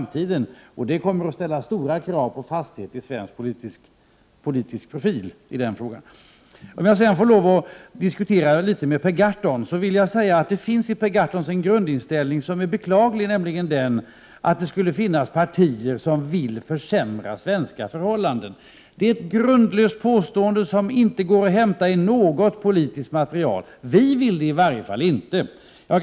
Det kommer att ställa stora krav på fasthet när det gäller den svenska politiska profilen i den frågan. Per Gahrton har en grundinställning som är beklaglig, nämligen att det skulle finnas partier som vill försämra svenska förhållanden. Det är ett grundlöst påstående som inte återfinns i något politiskt material, och det gäller i varje fall inte oss.